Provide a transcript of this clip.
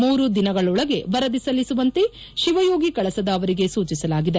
ಮೂರು ದಿನಗಳೊಳಗೆ ವರದಿ ಸಲ್ಲಿಸುವಂತೆ ಶಿವಯೋಗಿ ಕಳಸದ ಅವರಿಗೆ ಸೂಚಿಸಲಾಗಿದೆ